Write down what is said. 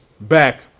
back